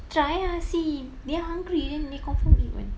try ah see they hungry then they confirm eat [one]